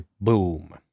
boom